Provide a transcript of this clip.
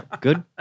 Good